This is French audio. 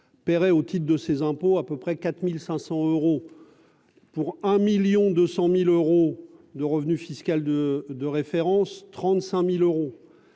paierait au titre de ses impôts à peu près 4500 euros pour un 1000000 200 1000 euros de revenu fiscal de de référence 35000 euros